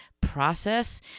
process